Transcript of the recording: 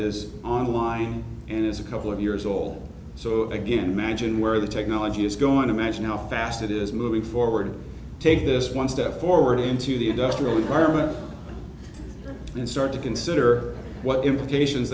is online and is a couple of years old so again magine where the technology is going to imagine how fast it is moving forward take this one step forward into the industrial environment and start to consider what implications